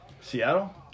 Seattle